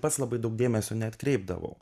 pats labai daug dėmesio neatkreipdavau